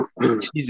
Jesus